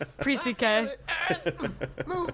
Pre-CK